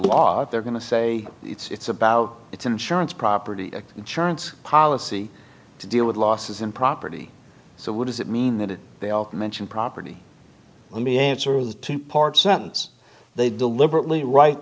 if they're going to say it's about it's insurance property insurance policy to deal with losses in property so what does it mean that if they all mention property let me answer the two part sentence they deliberately wri